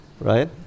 right